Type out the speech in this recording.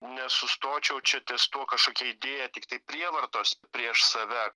nesustočiau čia ties tuo kažkokia idėja tiktai prievartos prieš save